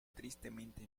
tristemente